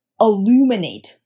illuminate